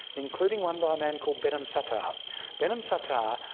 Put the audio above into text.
including one by a man called benham satah. benham satah